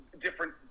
different